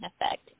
effect